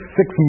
six